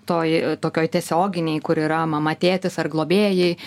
toj tokioj tiesioginėj kur yra mama tėtis ar globėjai